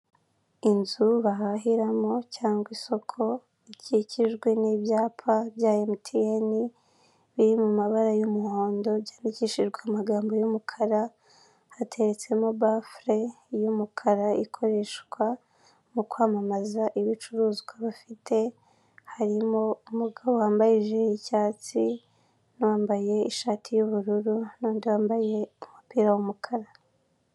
Inzu bahahiramo cyangwa isoko rikikijwe n'ibyapa bya emutiyeni biri mabara y'umuhondo byandikishijwe amagambo y'umukara, hateretsemo bafure y'umukara ikoreshwa mu kwamamaza ibicuruzwa bafite, harimo umugabo wambaye ijire y'icyatsi n'uwambaye ishati y'ubururu n'undi wambaye umupira w'umukara.